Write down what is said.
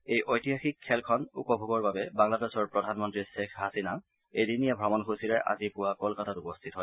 এই ঐতিহাসিক খেলখন উপভোগৰ বাবে বাংলাদেশৰ প্ৰধানমন্তী ধেখ হাছিনা এদিনীয়া ভমণ সূচীৰে আজি পূৱা কলকাতাত উপস্থিত হয়